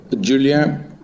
Julia